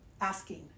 asking